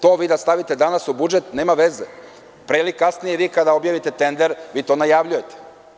To vi da stavite danas u budžet, nema veze, pre ili kasnije vi kada objavite tender, vi to najavljujete.